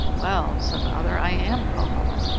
well, said the other, i am cuhullin,